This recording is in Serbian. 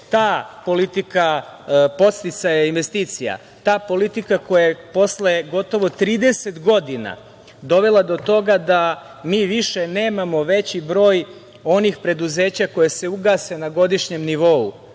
ta politika podsticaja investicija, ta politika koja je posle gotovo 30 godina dovela do toga da mi više nemamo veći broj onih preduzeća koja se ugase na godišnjem nivou